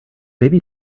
baby